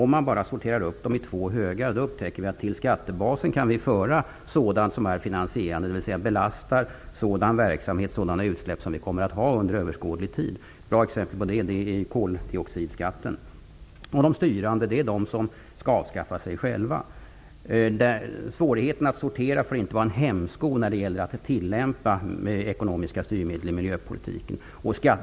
Om man bara sorterar upp skatter och avgifter i två högar upptäcker man att man till skattebasen kan föra sådant som är finansierande, dvs. belastar sådan verksamhet, sådana utsläpp, som vi kommer att ha under överskådlig tid. Ett bra exempel på det är koldioxidskatten. De styrande skatterna och avgifterna är de som skall avskaffa sig själva. Svårigheten att sortera får inte vara en hämsko när det gäller att använda ekonomiska styrmedel i miljöpolitiken.